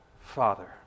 Father